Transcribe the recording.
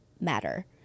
matter